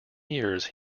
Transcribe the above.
years